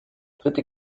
dritte